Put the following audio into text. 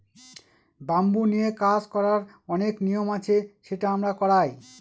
bamboo নিয়ে কাজ করার অনেক নিয়ম আছে সেটা আমরা করায়